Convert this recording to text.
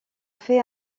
fait